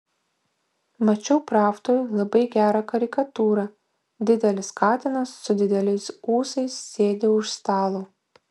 mačiau pravdoj labai gerą karikatūrą didelis katinas su dideliais ūsais sėdi už stalo